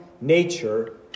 nature